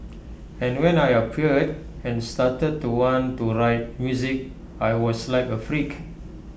and when I appeared and started to want to write music I was like A freak